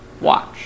Watch